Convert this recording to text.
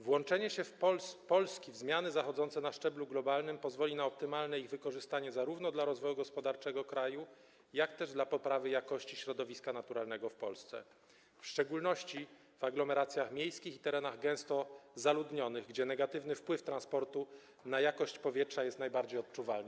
Włączenie się Polski w zmiany zachodzące na szczeblu globalnym pozwoli na optymalne ich wykorzystanie zarówno dla rozwoju gospodarczego kraju, jak i dla poprawy jakości środowiska naturalnego w Polsce, w szczególności w aglomeracjach miejskich i na terenach gęsto zaludnionych, gdzie negatywny wpływ transportu na jakość powietrza jest najbardziej odczuwalny.